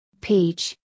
peach